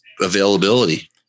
availability